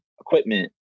equipment